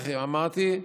אמרתי,